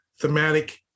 thematic